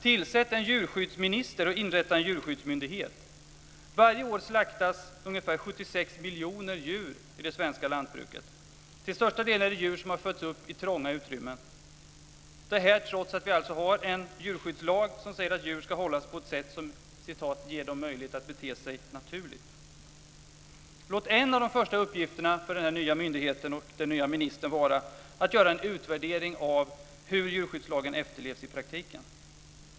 Tillsätt en djurskyddsminister och inrätta en djurskyddsmyndighet! Varje år slaktas ungefär 76 miljoner djur i det svenska lantbruket. Till största delen är det djur som har fötts upp i trånga utrymmen. Detta trots att vi alltså har en djurskyddslag som säger att djur ska hållas på ett sätt som "ger dem möjlighet att bete sig naturligt". Låt en av de första uppgifterna för den nya myndigheten och den nya ministern vara att göra en utvärdering av hur djurskyddslagen efterlevs i praktiken.